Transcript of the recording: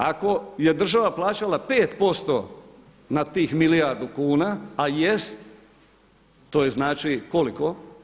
Ako je država plaćala 5% na tih milijardu kuna a jest, to je znači koliko?